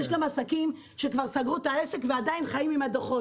יש גם עסקים שכבר סגרו את העסק ועדיין חיים עם הדוחות.